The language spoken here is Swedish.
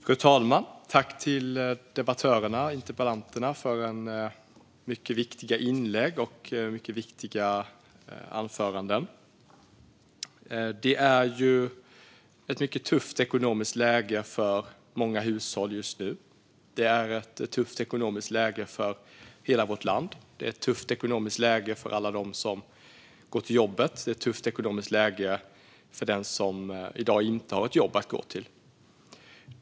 Fru talman! Tack, debattörerna och interpellanten, för mycket viktiga inlägg och mycket viktiga anföranden! Det är ett mycket tufft ekonomiskt läge för många hushåll just nu. Det är ett tufft ekonomiskt läge för hela vårt land. Det är ett tufft ekonomiskt läge för alla dem som går till jobbet. Det är ett tufft ekonomiskt läge för den som i dag inte har ett jobb att gå till.